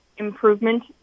improvement